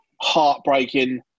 heartbreaking